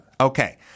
Okay